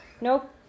nope